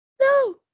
no